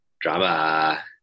drama